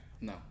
no